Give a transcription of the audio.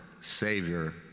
Savior